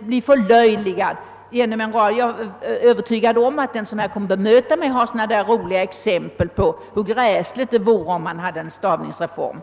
bli förlöjligad — jag är övertygad om att den som nu kommer att bemöta mig även ämnar återge sådana där roliga exempel på hur gräsligt det vore om man genomförde en stavningsreform.